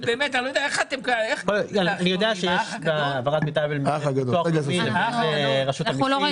אני יודע שיש העברת מידע בין ביטוח לאומי לבין רשות המסים,